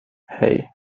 hej